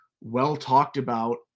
well-talked-about